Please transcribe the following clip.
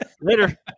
Later